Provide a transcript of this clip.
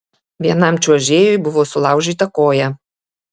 vienam čiuožėjui buvo sulaužyta koja